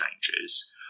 changes